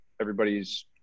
everybody's